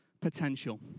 potential